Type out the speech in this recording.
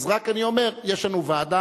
אז רק אני אומר שיש לנו ועדה,